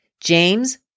James